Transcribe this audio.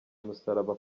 umusaraba